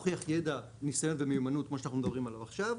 הוכיח ידע ניסיון ומיומנות כמו שאנחנו מדברים עליו עכשיו,